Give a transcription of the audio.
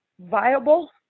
viable